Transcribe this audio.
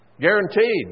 Guaranteed